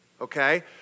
okay